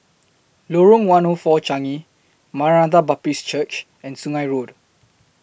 Lorong one O four Changi Maranatha Baptist Church and Sungei Road